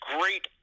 great